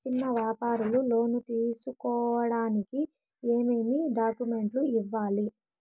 చిన్న వ్యాపారులు లోను తీసుకోడానికి ఏమేమి డాక్యుమెంట్లు ఇవ్వాలి?